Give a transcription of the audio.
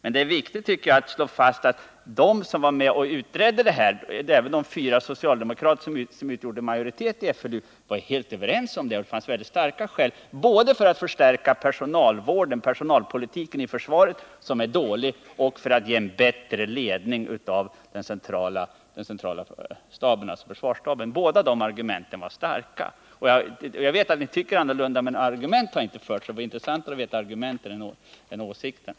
Det är viktigt att slå fast att de som var med och utredde det här — även de fyra socialdemokrater som utgjorde majoriteten i försvarsledningsutredningen — var helt överens. Det fanns mycket starka skäl både för att förstärka personalpolitiken i försvaret, vilken nu är dålig, och för att ge en bättre ledning av den centrala försvarsstaben. Vi vet att ni tycker annorlunda, men några argument har vi inte hört. Det är intressantare att få del av argumenten än av ståndpunkterna.